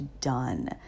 done